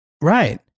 Right